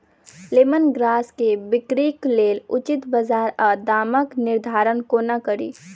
Lemon grass केँ बिक्रीक लेल उचित बजार आ दामक निर्धारण कोना कड़ी?